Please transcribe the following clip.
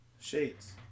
Shades